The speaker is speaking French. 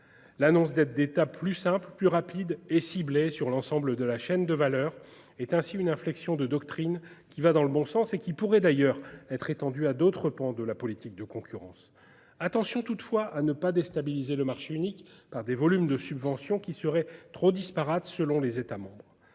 L'annonce d'aides d'État plus simples, plus rapides et ciblées sur l'ensemble de la chaîne de valeur est ainsi une inflexion de doctrine qui va dans le bon sens et qui pourrait d'ailleurs être étendue à d'autres pans de la politique de concurrence. Attention toutefois à ne pas déstabiliser le marché unique par des volumes de subventions qui seraient trop disparates selon les États membres.